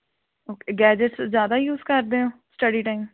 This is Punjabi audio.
ਓਕ ਗੈਜੇਟਸ ਜ਼ਿਆਦਾ ਯੂਜ ਕਰਦੇ ਹੋ ਸਟਡੀ ਟਾਈਮ